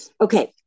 Okay